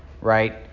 right